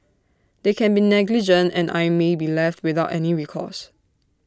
they can be negligent and I may be left without any recourse